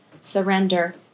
surrender